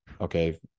okay